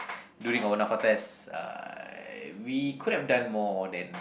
during our nafa test uh we could have done more then